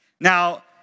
Now